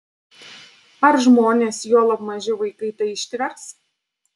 ar žmonės juolab maži vaikai tai ištvers